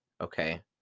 okay